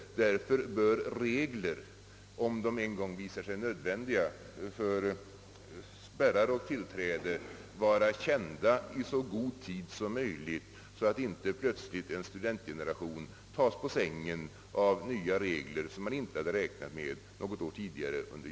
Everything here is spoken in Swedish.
Därför bör regler om spärrar och tillträde — om de en gång visar sig nödvändiga — bli kända i så god tid som möjligt, så att en studentgeneration inte plötsligt överraskas av nya regler som man inte hade räknat med något år tidigare i gymnasiet.